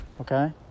Okay